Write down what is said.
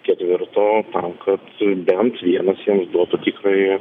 ketvirto tam kad bent vienas jiems duotų tikrai